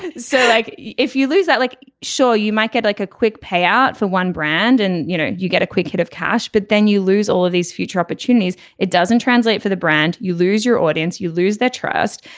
and so like if you lose that like show you might get like a quick payout for one brand and you know you get a quick hit of cash but then you lose all of these future opportunities. it doesn't translate for the brand. you lose your audience you lose that trust.